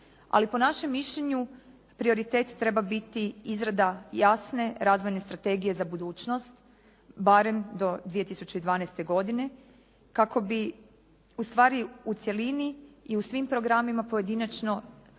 ali po našem mišljenju prioritet treba biti izrada jasne, razvojne strategije za budućnost barem do 2012. godine kako bi ustvari u cjelini i u svim programima pojedinačno